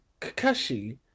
Kakashi